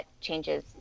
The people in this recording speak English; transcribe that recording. changes